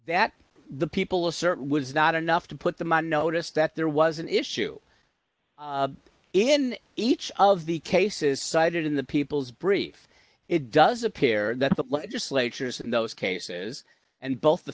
that the people assert was not enough to put them on notice that there was an issue in each of the cases cited in the people's brief it does appear that the legislatures in those cases and both the